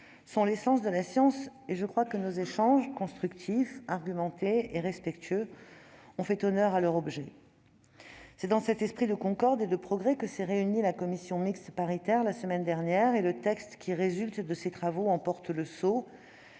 sont l'essence de la science ; je pense que nos échanges constructifs, argumentés et respectueux ont fait honneur à leur objet. C'est dans cet esprit de concorde et de progrès que s'est réunie, la semaine dernière, la commission mixte paritaire. Le texte qui résulte de ses travaux en porte le sceau